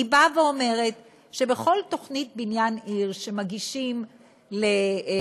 היא אומרת שבכל תוכנית בניין עיר שמגישים לאחת